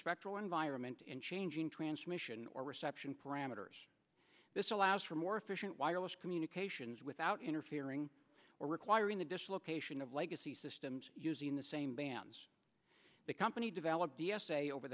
spectral environment and changing transmission or reception parameters this allows for more efficient wireless communications without interfering or requiring the dislocation of legacy systems using the same bands the company developed d s a over